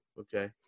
okay